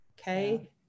Okay